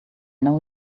know